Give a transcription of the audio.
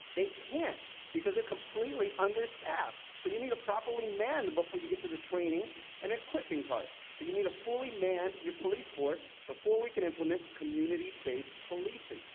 they can't, because they are completely understaffed. so you need to properly man before you get to the training and equipping part. so you need to fully man your police force before we can implement community-based policing.